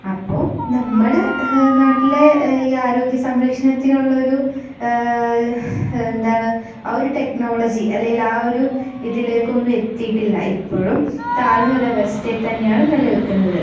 അപ്പോൾ നമ്മുടെ നാട്ടിലെ ഈ ആരോഗ്യ സംരക്ഷണത്തിനൊള്ളരു എന്താണ് ആ ഒരു ടെക്നോളജി അല്ലെങ്കിൽ ആ ഒരു ഇതിലേക്കൊന്നും എത്തിയിട്ടില്ല ഇപ്പോഴും താഴ്ന്ന ഒരു അവസ്ഥയിൽ തന്നെയാണ് നിലനിൽക്കുന്നത്